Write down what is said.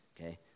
okay